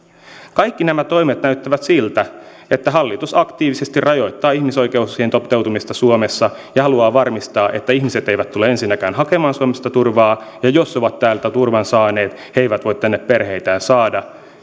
kaikki nämä toimet näyttävät siltä että hallitus aktiivisesti rajoittaa ihmisoikeuksien toteutumista suomessa ja haluaa varmistaa että ihmiset eivät tule ensinnäkään hakemaan suomesta turvaa ja jos ovat täältä turvan saaneet he eivät voi tänne perheitään saada